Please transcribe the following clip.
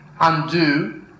undo